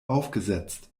aufgesetzt